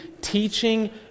teaching